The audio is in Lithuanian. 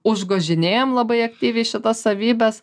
užgožinėjam labai aktyviai šitas savybes